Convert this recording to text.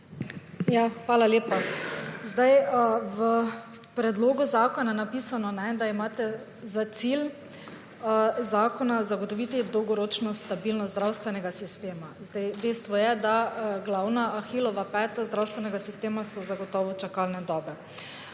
Hvala lepa. V predlogu zakona je napisano, da imate za cilj zakona zgotoviti dolgoročno stabilnost zdravstvenega sistema. Dejstvo je, da glavna Ahilova peta zdravstvenega sistema so zagotovo čakalne dobe.